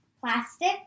Plastic